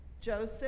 Joseph